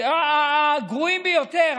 הגרועים ביותר.